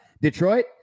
Detroit